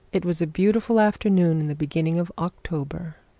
it was a beautiful afternoon in the beginning of october,